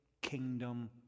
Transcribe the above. kingdom